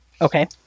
okay